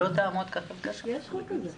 כאן לא נאמר: או כתגמולים של מישהו כמתנדב,